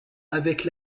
avec